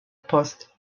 post